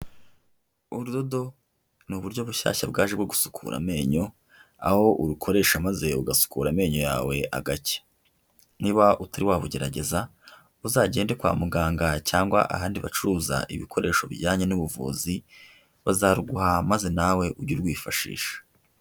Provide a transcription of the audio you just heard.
Urudodo ni uburyo bushyashya bwaje bwo gusukura amenyo, aho urukoresha maze ugasukura amenyo yawe agacya. Niba utari wabugerageza, uzagende kwa muganga cyangwa ahandi bacuruza ibikoresho bijyanye n'ubuvuzi, bazaruguha maze nawe ujye urwifashisha.